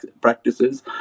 practices